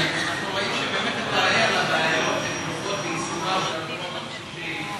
אנחנו רואים שאתה באמת ער לבעיות שכרוכות ביישומה של הרפורמה כפי שהיא.